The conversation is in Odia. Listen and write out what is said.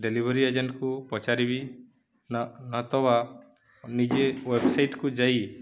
ଡେଲିଭରି ଏଜେଣ୍ଟକୁ ପଚାରିବି ନ ନତବା ନିଜେ ୱେବସାଇଟ୍କୁ ଯାଇ